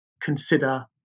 consider